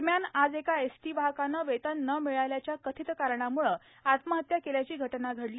दरम्यान आज एका एसटी वाहकानं वेतन न मिळाल्याच्या कथित कारणाम्ळे आत्महत्या केल्याची घटना घडली